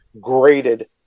graded